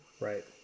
Right